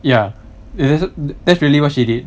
ya that's that's really what she did